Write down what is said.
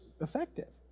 effective